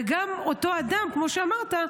וכמו שאמרת,